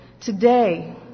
today